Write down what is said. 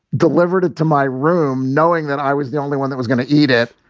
delivered it to my room knowing that i was the only one that was gonna eat it.